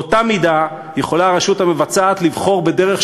באותה מידה יכולה הרשות המבצעת לבחור בדרך